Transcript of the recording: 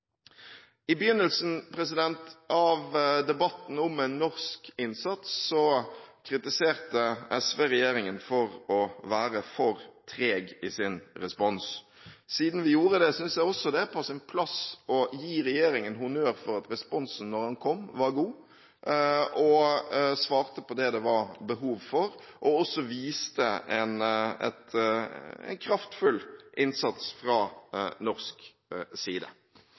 I begynnelsen av debatten om en norsk innsats kritiserte SV regjeringen for å være for treg i sin respons. Siden vi gjorde det, synes jeg også det er på sin plass å gi regjeringen honnør for at responsen, da den kom, var god og svarte på det det var behov for og viste en kraftfull innsats fra norsk side.